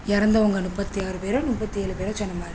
இறந்தவங்க முப்பத்தி ஆறு பேரோ முப்பத்தி ஏழு பேரோ சொன்ன மாதிரி